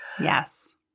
yes